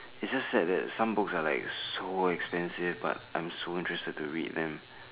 it just said that some book like so expensive but I am so interested do with them